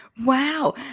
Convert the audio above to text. Wow